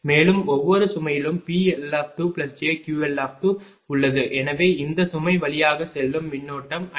மேலும் ஒவ்வொரு சுமையிலும் PL2jQL2 உள்ளது எனவே இந்த சுமை வழியாக செல்லும் மின்னோட்டம் i2 ஆகும்